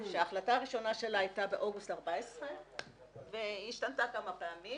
שההחלטה הראשונה שלה הייתה באוגוסט 2014 והיא השתנה כמה פעמים